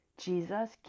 Jesus